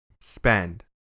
spend